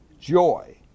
joy